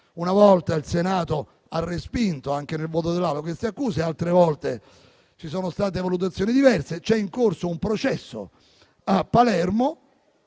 una volta il Senato le ha respinte, anche con il voto dell'Assemblea; altre volte ci sono state valutazioni diverse; è in corso un processo a Palermo.